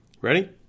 Ready